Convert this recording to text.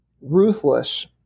ruthless